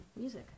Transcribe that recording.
music